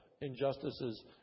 injustices